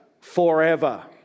forever